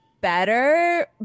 better